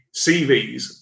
CVs